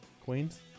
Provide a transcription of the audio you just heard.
Queens